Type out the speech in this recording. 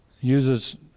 uses